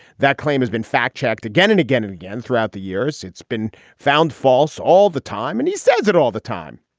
that claim has been fact checked again and again and again throughout the years. it's been found false all the time, and he says it all the time